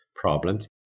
Problems